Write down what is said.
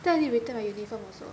then I need to return my uniform also